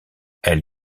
elle